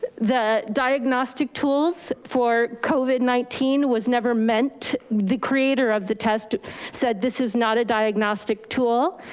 the diagnostic tools for covid nineteen was never meant, the creator of the test said this is not a diagnostic tool.